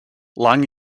lung